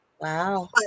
Wow